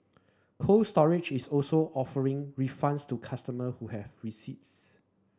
Cold Storage is also offering refunds to customer who have receipts